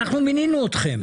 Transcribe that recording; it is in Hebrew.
אנחנו מינינו אתכם.